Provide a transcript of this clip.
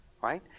Right